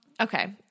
Okay